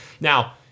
Now